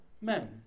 men